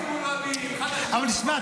אבל תשמע,